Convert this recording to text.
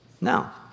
Now